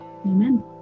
Amen